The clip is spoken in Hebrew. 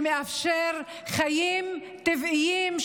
שמאפשר חיים טבעיים,